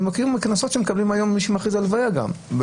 אני מכיר קנסות שמקבלים היום גם על מי שמכריז על הלוויה בעיקרון,